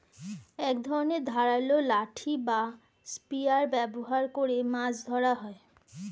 এক ধরনের ধারালো লাঠি বা স্পিয়ার ব্যবহার করে মাছ ধরা হয়